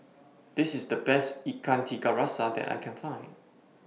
This IS The Best Ikan Tiga Rasa that I Can Find